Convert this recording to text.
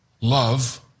love